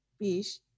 Fish